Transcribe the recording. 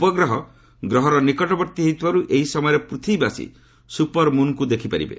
ଉପଗ୍ରହ' ଗ୍ରହର ନିକଟବର୍ତ୍ତୀ ହେଉଥିବାରୁ ଏହି ସମୟରେ ପୃଥିବୀବାସୀ' ସୁପରମୁନଙ୍କୁ ଦେଖିପାରିବେ